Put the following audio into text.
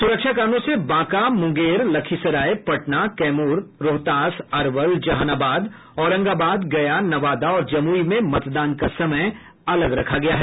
सुरक्षा कारणों से बांका मुंगेर लखीसराय पटना कैमूर रोहतास अरवल जहानाबाद औरंगाबाद गया नवादा और जमुई में मतदान का समय अलग रखा गया है